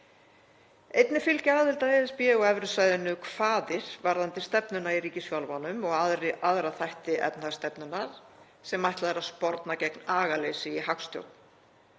Einnig fylgja aðild að ESB og evrusvæðinu kvaðir varðandi stefnuna í ríkisfjármálum og aðra þætti efnahagsstefnunnar sem ætlað er að sporna gegn agaleysi í hagstjórn.